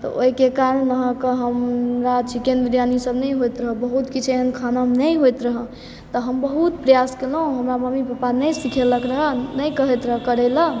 तऽ ओहिके कारण अहाँके हमरा चिकेन बिरयानी सब नहि होइत रहऽ बहुत किछ एहन जेहन खाना नहि होएत रहऽ तऽ हम बहुत प्रयास कयलहुँ हमरा ममी पप्पा नहि सीखेलक रऽ नहि कहैत रहै करै लेल